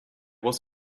was